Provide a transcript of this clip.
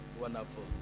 Wonderful